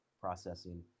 processing